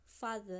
father